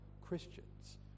Christians